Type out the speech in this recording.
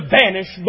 vanish